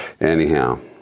anyhow